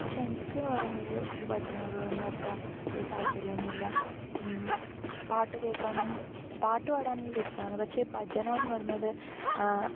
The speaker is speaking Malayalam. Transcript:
പക്ഷെ എനിക്കെന്നു പറയുന്നത് ഈ ഭജനയോടൊന്നും അത്ര ഒരു താത്പര്യമൊന്നുമില്ല പാട്ട് കേൾക്കാനും പാട്ട് പാടാനെല്ലാം ഇഷ്ടമാണ് പക്ഷെ ഭജന എന്ന് പറയുന്നത്